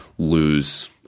lose